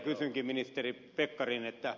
kysynkin ministeri pekkarinen